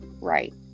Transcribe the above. right